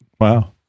Wow